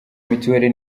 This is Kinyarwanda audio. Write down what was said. mituweli